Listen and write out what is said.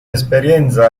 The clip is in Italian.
esperienza